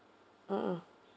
mmhmm